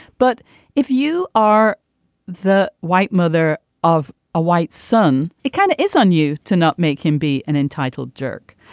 but if you are the white mother of a white son it kind of is on you to not make him be an entitled jerk.